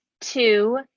Two